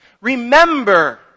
remember